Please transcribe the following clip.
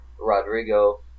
Rodrigo